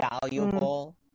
valuable